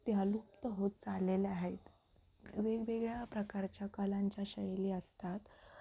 त्या लुप्त होत चाललेल्या आहेत वेगवेगळ्या प्रकारच्या कलांच्या शैली असतात